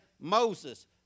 Moses